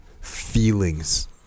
feelings